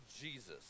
Jesus